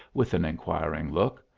with an inquiring look.